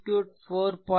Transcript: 7 a இது 4